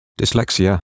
dyslexia